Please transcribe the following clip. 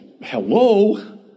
hello